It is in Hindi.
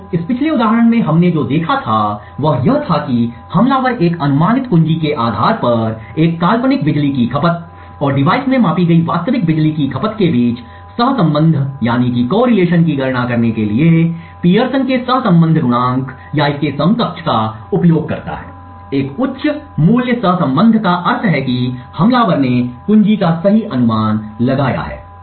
तो इस पिछले उदाहरण में हमने जो देखा था वह यह था कि हमलावर एक अनुमानित कुंजी के आधार पर एक काल्पनिक बिजली की खपत और डिवाइस से मापी गई वास्तविक बिजली की खपत के बीच सहसंबंध की गणना करने के लिए पियर्सन के सहसंबंध गुणांक Pearsons correlation coefficient या इसके समकक्ष का उपयोग करता है एक उच्च मूल्य सहसंबंध का अर्थ है कि हमलावर ने कुंजी का सही अनुमान लगाया है